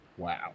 Wow